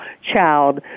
child